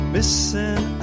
Missing